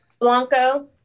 Blanco